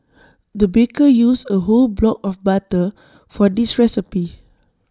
the baker used A whole block of butter for this recipe